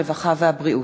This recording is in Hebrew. הרווחה והבריאות.